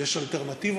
יש אלטרנטיבות?